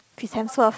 Chris-Hemsworth